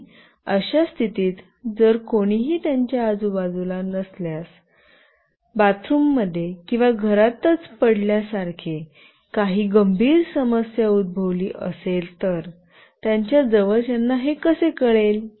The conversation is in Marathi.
आणि अशा स्थितीत जर कोणीही त्यांच्या आजूबाजूला कोणीही नसल्यास आणि बाथरूममध्ये किंवा घरातच पडल्या सारखे काही गंभीर समस्या उद्भवली असेल तर त्यांच्या जवळच्यांना हे कसे कळेल